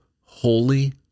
holy